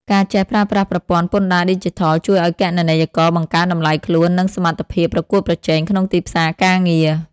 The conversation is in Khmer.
ការចេះប្រើប្រាស់ប្រព័ន្ធពន្ធដារឌីជីថលជួយឱ្យគណនេយ្យករបង្កើនតម្លៃខ្លួន និងសមត្ថភាពប្រកួតប្រជែងក្នុងទីផ្សារការងារ។